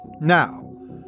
Now